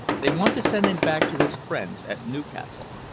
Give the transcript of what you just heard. they want to send him back to his friends at newcastle.